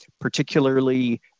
particularly